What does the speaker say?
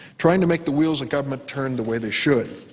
trying to make the wheels of government turn the way they should.